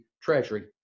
Treasury